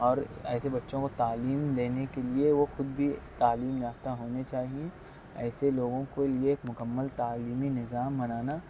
اور ایسے بچوں کو تعلیم دینے کے لیے وہ خود بھی تعلیم یافتہ ہونے چاہیے ایسے لوگوں کو لیے ایک مکمل تعلیمی نظام بنانا